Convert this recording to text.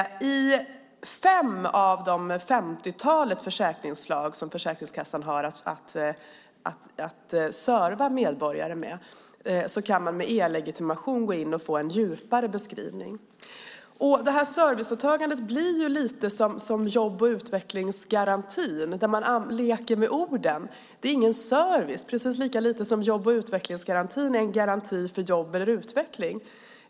I 5 av det 50-tal försäkringsslag som Försäkringskassan har att serva medborgarna med kan man med e-legitimation gå in och få en djupare beskrivning. Serviceåtagandet blir ju lite som jobb och utvecklingsgarantin. Man leker med orden. Det är ingen service, lika lite som jobb och utvecklingsgarantin är en garanti för jobb eller utveckling.